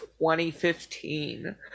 2015